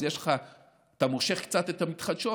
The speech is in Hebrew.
אז אתה מושך קצת את המתחדשות,